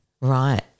Right